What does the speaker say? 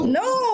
no